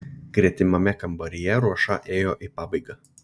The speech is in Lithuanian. gretimame kambaryje ruoša ėjo į pabaigą